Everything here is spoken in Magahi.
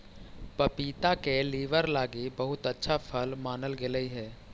पपीता के लीवर लागी बहुत अच्छा फल मानल गेलई हे